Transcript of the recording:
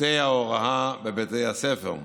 צוותי ההוראה בבתי הספר,